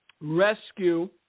rescue